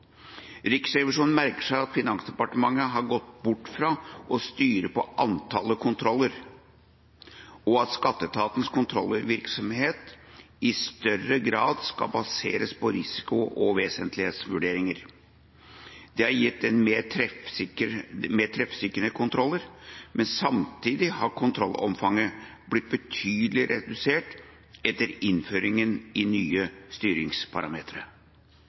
Riksrevisjonen merker seg at Finansdepartementet har gått bort fra å styre på antall kontroller, og at skatteetatens kontrollvirksomhet i større grad skal baseres på risiko- og vesentlighetsvurderinger. Dette har gitt mer treffsikre kontroller, men samtidig har kontrollomfanget blitt betydelig redusert etter innføringen av nye styringsparametere.